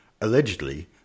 Allegedly